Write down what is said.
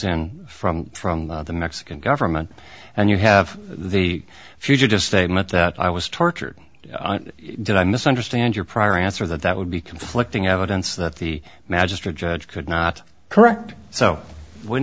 in from from the mexican government and you have the future just statement that i was tortured did i misunderstand your prior answer that that would be conflicting evidence that the magistrate judge could not correct so when